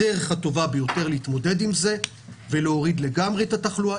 הדרך הטובה ביותר להתמודד עם זה ולהוריד לגמרי את התחלואה,